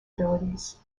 abilities